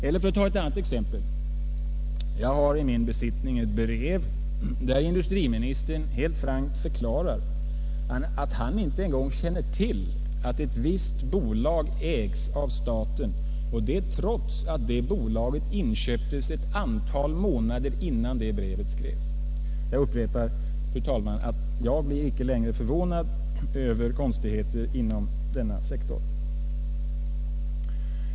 Och låt mig ta ett annat exempel: Jag har i min ägo ett brev där industriministern helt frankt förklarar att han inte ens känner till att ett visst bolag ägs av staten — och det trots att staten inköpte bolaget ett antal månader innan brevet skrevs. Jag upprepar, fru talman, att jag icke längre blir förvånad över konstigheter inom denna sektor.